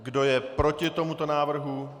Kdo je proti tomuto návrhu?